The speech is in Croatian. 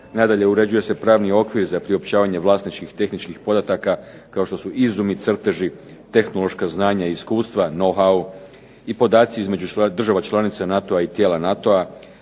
Nadalje, uređuje se pravni okvir za priopćavanje vlasničkih, tehničkih podataka kao što su izumi, crteži, tehnološka znanja i iskustva, "know how" i podaci između država članica NATO-a i tijela NATO-a